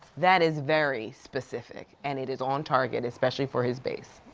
that is very specific and it is on target especially for his base.